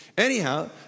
Anyhow